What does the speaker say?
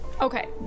Okay